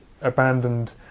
abandoned